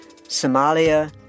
Somalia